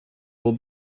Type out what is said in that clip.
will